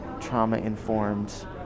trauma-informed